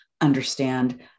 understand